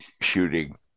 shooting